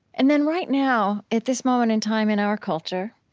and then right now, at this moment in time in our culture,